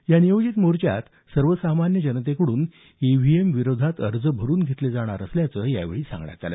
या नियोजित मोर्चात सर्वसामान्य जनतेकडून ईव्हीएमविरोधात अर्ज भरून घेतले जाणार असल्याचं यावेळी सांगण्यात आलं